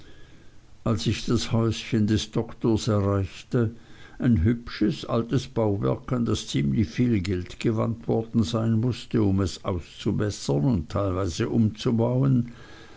als ich das häuschen des doktors erreichte ein hübsches altes bauwerk an das ziemlich viel geld gewandt worden sein mußte um es auszubessern und teilweise umzubauen